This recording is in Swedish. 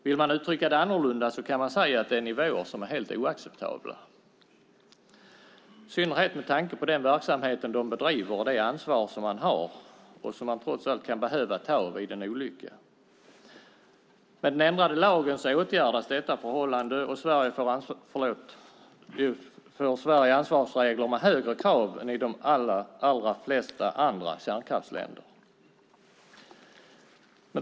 Vill man uttrycka det annorlunda kan man säga att det är nivåer som är helt oacceptabla, i synnerhet med tanke på den verksamhet de bedriver och det ansvar som de har och trots allt kan behöva ta vid en olycka. Med den ändrade lagen åtgärdas detta förhållande och Sverige får ansvarsregler med högre krav än i de allra flesta andra kärnkraftsländer.